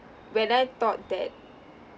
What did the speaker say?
when I thought that